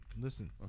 listen